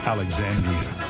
Alexandria